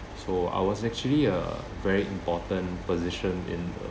so I was actually a very important position in the